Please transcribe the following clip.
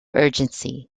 urgency